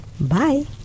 Bye